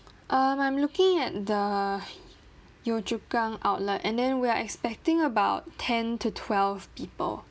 um I'm looking at the yio chu kang outlet and then we are expecting about ten to twelve people